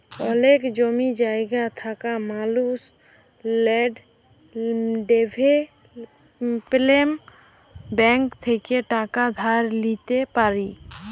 অলেক জমি জায়গা থাকা মালুস ল্যাল্ড ডেভেলপ্মেল্ট ব্যাংক থ্যাইকে টাকা ধার লিইতে পারি